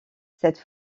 cette